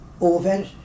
over